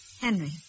Henry